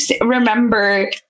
remember